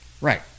Right